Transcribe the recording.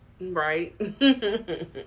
right